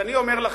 אני אומר לך,